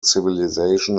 civilisation